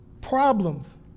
problems